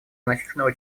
значительного